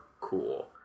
cool